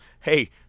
Hey